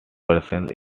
presence